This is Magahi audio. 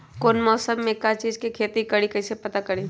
कौन मौसम में का चीज़ के खेती करी कईसे पता करी?